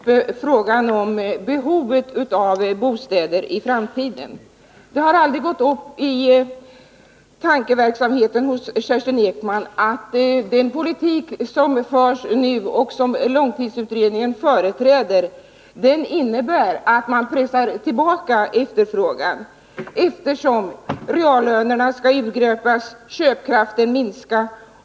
Herr talman! Kerstin Ekman tar här upp behovet av bostäder i framtiden. Den tanken har tydligen aldrig gått upp för Kerstin Ekman att den politik som nu förs och som långtidsutredningen företräder innebär att man pressar tillbaka efterfrågan. Reallönerna skall ju urgröpas och köpkraften minskas.